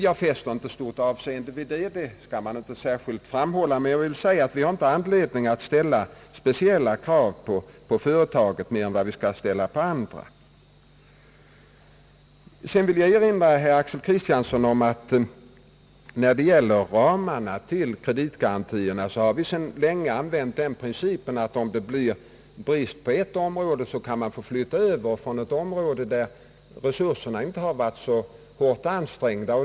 Jag fäster inte särskilt stort avseende vid detta, och som jag sagt har vi inte anledning att ställa speciella krav på företaget, inte mer än på andra företag. Sedan vill jag erinra herr Axel Kristiansson om att vi när det gäller ramarna för kreditgarantierna sedan länge har följt den principen, att om det blir brist på ett område, kan man få flytta över medel från ett område där resurserna inte varit så hårt ansträngda.